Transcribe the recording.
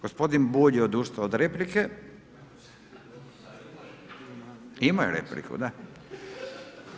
Gospodin Bulj je odustao od replike. … [[Upadica se ne čuje.]] Imao je repliku, da.